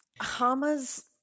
Hama's